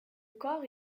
corps